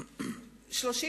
415. ולהגיד: אוקיי,